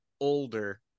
older